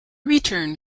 return